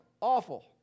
awful